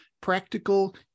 practical